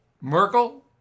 Merkel